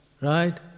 right